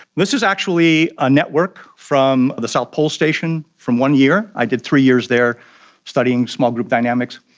this is actually a network from the south pole station from one year, i did three years there studying small group dynamics.